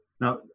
Now